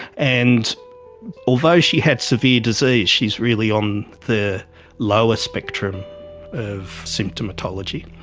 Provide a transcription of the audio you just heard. and although she had severe disease she is really on the lower spectrum of symptomatology.